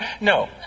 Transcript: No